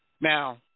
Now